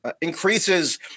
increases